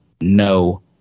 no